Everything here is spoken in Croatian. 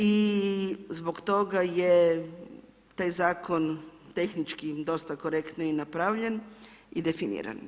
I zbog toga je taj zakon tehnički dosta korektno napravljen i definiran.